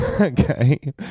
Okay